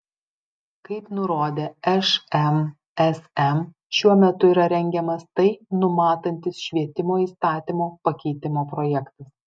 kaip nurodė šmsm šiuo metu yra rengiamas tai numatantis švietimo įstatymo pakeitimo projektas